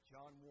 John